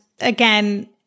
again